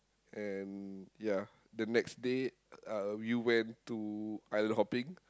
and yeah the next day uh we went to island hopping